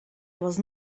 was